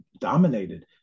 dominated